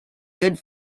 good